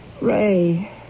Ray